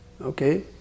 okay